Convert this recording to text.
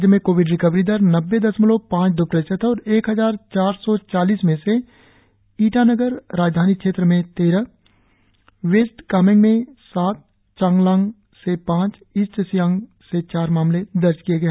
राज्य में covid recovery दर नब्बे दशमलव पांच दो प्रतिशत है और एक हजार चार सौ चालीस में से ईटानगर राजधानी क्षेत्र से तेरह वेस्ट कामेंग से सात चांगलांग से पांच ईस्ट सियांग से चार मामले दर्ज किए गए